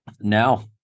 Now